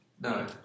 No